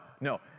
no